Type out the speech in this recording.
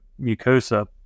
mucosa